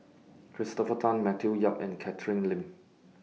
Christopher Tan Matthew Yap and Catherine Lim